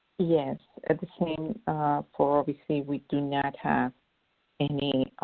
yes. this means for ovc, we do not have any